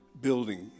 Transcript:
building